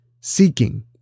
seeking